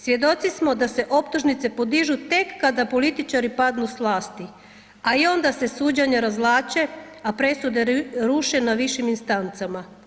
Svjedoci smo da se optužnice podižu tek kada političari padnu s vlasti, a i onda se suđenja razvlače, a presude ruše na višim instancama.